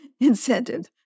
incentive